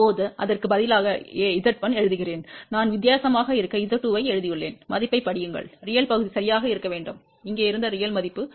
இப்போது அதற்கு பதிலாக a z1 எழுதுகிறேன் நான் வித்தியாசமாக இருக்க z2 ஐ எழுதியுள்ளேன் மதிப்பைப் படியுங்கள் உண்மையான பகுதி சரியாக இருக்க வேண்டும் இங்கே இருந்த உண்மையான மதிப்பு 0